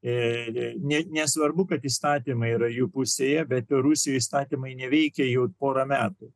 nesvarbu kad įstatymai yra jų pusėje bet rusijoje įstatymai neveikia jau porą metų